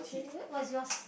what is yours